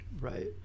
Right